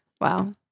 wow